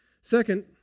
second